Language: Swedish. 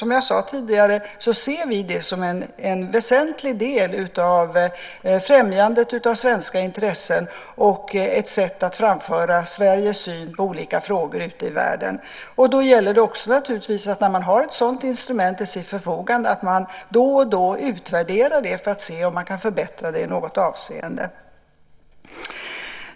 Som jag sade tidigare ser vi dem som en väsentlig del av främjandet av svenska intressen och ett sätt att framföra Sveriges syn på olika frågor ute i världen. När man har ett sådant instrument till sitt förfogande gäller det också att man då och då utvärderar det för att se om man kan förbättra det i något avseende.